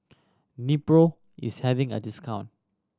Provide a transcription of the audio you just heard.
Nepro is having a discount